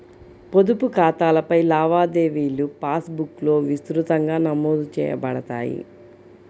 పొదుపు ఖాతాలపై లావాదేవీలుపాస్ బుక్లో విస్తృతంగా నమోదు చేయబడతాయి